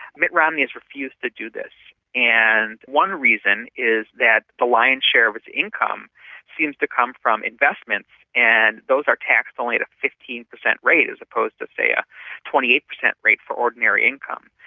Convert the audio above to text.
mitt romney has refused to do this. and one reason is that the lion's share of his income seems to come from investments, and those are taxed only at a fifteen per cent rate as opposed to, say, a twenty eight per cent rate for ordinary income.